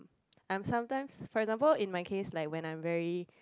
I'm sometimes for example in my case like when I'm very